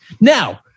Now